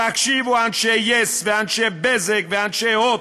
תקשיבו, אנשי yes, אנשי "בזק" ואנשי "הוט"